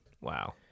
Wow